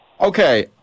Okay